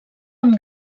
amb